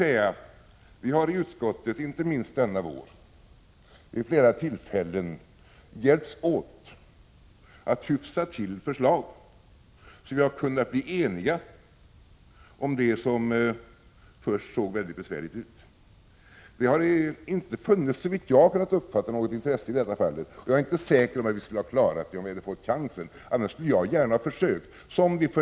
22 april 1987 Vi har i utskottet inte minst denna vår vid flera tillfällen hjälptsåtatthyftsa. SS :-.: till förslag så att vi har kunnat bli eniga om det som först sett väldigt besvärligt Förbättrad kompensaut. Det har inte funnits, såvitt jag har kunnat uppfatta det, något intresse för —! !0n vid korttidssjuk det i detta fall, och jag är inte heller säker på att vi skulle ha klarat det om vi — dom och vid tillfällig hade fått chansen. Annars skulle jag gärna ha försökt göra som vi för ett par.